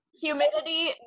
humidity